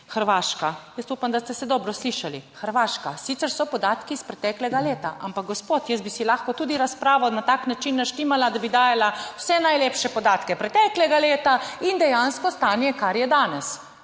Hrvaška. Jaz upam, da ste se dobro slišali. Hrvaška. Sicer so podatki iz preteklega leta, ampak gospod jaz bi si lahko tudi razpravo na tak način naštimala, da bi dajala vse najlepše podatke preteklega leta in dejansko stanje, kar je danes.